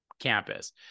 campus